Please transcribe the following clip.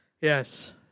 yes